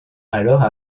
alors